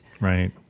right